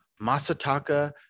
Masataka